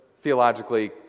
theologically